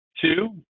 Two